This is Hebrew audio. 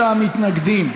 53 מתנגדים,